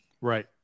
Right